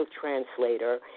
translator